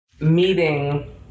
meeting